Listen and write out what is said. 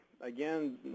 Again